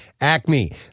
Acme